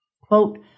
Quote